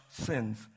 sins